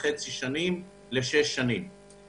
4.5 שנים ל-6 שנים.